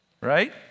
Right